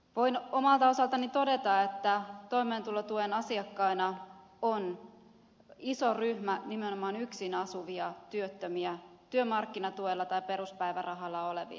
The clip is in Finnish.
voin omalta osaltani todeta että toimeentulotuen asiakkaana on iso ryhmä nimenomaan yksin asuvia työttömiä työmarkkinatuella tai peruspäivärahalla olevia